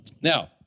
Now